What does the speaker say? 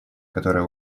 которое